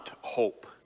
hope